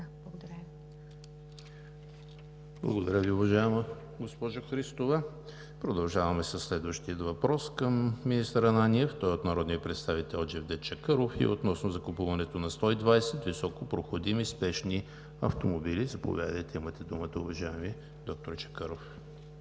Благодаря Ви, уважаема госпожо Христова. Продължаваме със следващия въпрос към министър Ананиев. Той е от народния представител Джевдет Чакъров и е относно закупуването на 120 високопроходими спешни автомобили. Заповядайте, имате думата, уважаеми доктор Чакъров.